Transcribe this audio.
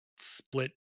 Split